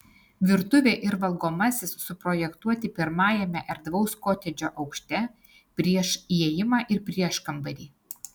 virtuvė ir valgomasis suprojektuoti pirmajame erdvaus kotedžo aukšte prieš įėjimą ir prieškambarį